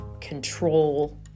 control